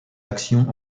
actions